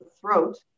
throat